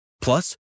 Plus